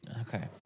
Okay